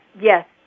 yes